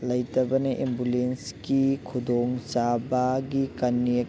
ꯂꯩꯇꯕꯅ ꯑꯦꯝꯕꯨꯂꯦꯟꯁꯀꯤ ꯈꯨꯗꯣꯡꯆꯥꯕꯒꯤ ꯀꯟꯅꯦꯛ